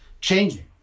changing